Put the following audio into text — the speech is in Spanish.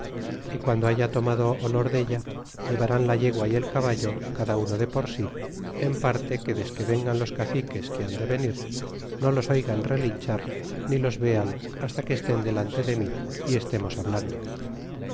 y guando haya tomado olor della llevarán la yegua y el caballo cada uno de por sí en parte que desque vengan los caciques que han de venir no los oigan relinchar ni los vean hasta que esten delante de mí y estemos hablando